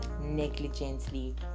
negligently